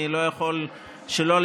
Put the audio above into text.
אני לא יכול שלא,